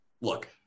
look